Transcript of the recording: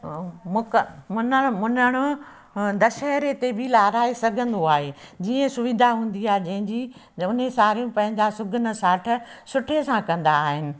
ऐं मूक मुञण मुञण दशहरे ते बि लहाराए सघंदो आहे जीअं सुविधा हूंदी आहे जंहिंजी जवनियूं सारी पंहिंजा सुघनि साठ सुठे सां कंदा आहिनि